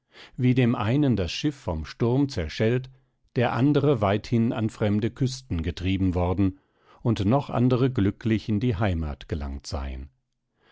wie dem einen das schiff vom sturm zerschellt der andere weithin an fremde küsten getrieben worden und noch andere glücklich in die heimat gelangt seien